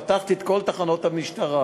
פתחתי את כל תחנות המשטרה